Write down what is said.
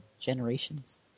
generations